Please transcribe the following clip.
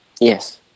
Yes